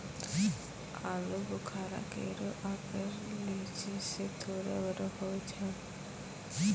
आलूबुखारा केरो आकर लीची सें थोरे बड़ो होय छै